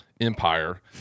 empire